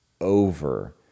over